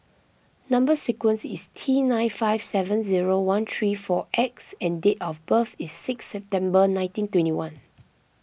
Number Sequence is T nine five seven zero one three four X and date of birth is six September nineteen twenty one